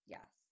Yes